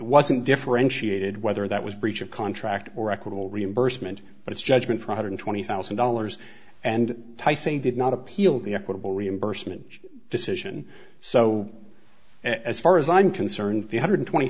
wasn't differentiated whether that was breach of contract or equitable reimbursement but its judgment one hundred twenty thousand dollars and tyson did not appeal the equitable reimbursement decision so as far as i'm concerned the hundred twenty